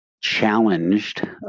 challenged